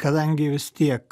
kadangi vis tiek